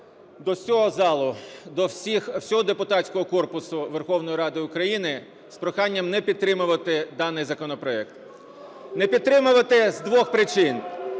до всього залу, до всіх, всього депутатського корпусу Верховної Ради України з проханням не підтримувати даний законопроект, не підтримувати з двох причин.